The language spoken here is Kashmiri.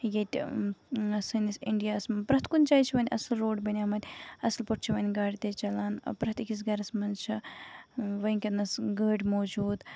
سٲنِس اِنڈیاہَس پرٛٮ۪تھ کُنہِ جایہِ چھُ اَصٕل روڑ بَنے مٕتۍ اَصٕل پٲٹھۍ چھِ وۄنۍ گاڑِ تہِ چلان پرٮ۪تھ أکِس گرَس منٛز چھِ وٕنکیٚنس گٲڑۍ موٗجوٗد